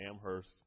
Amherst